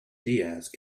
diaz